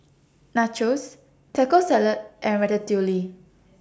Nachos Taco Salad and Ratatouille